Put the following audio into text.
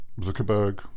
Zuckerberg